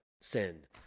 send